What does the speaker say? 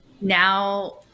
now